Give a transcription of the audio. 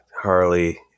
Harley